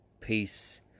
peace